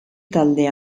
talde